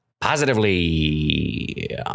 positively